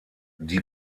die